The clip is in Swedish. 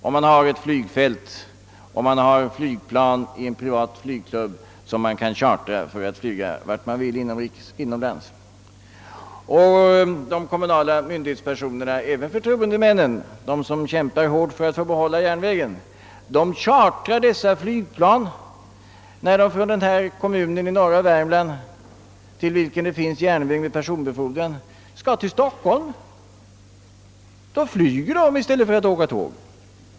Det finns flygfält och privata flygplan som kan chartras för flygningar vart som helst inom Sverige. De kommunala myndighetspersonerna — även förtroendemän som kämpar hårt för att behålla järnvägen — chartrar dessa flygplan när de från denna kommun i norra Värmland skall bege sig till Stockholm, dit det går en järnväg med personbeforåran.